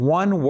one